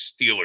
Steelers